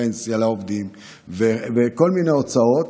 פנסיה לעובדים וכל מיני הוצאות.